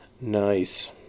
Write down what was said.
nice